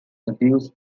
abuse